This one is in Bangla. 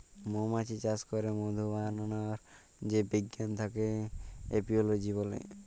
মমাছি চাস ক্যরে মধু বানাবার যে বিজ্ঞান থাক্যে এপিওলোজি ব্যলে